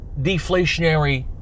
deflationary